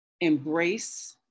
embrace